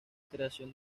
creación